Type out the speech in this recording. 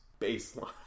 baseline